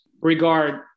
regard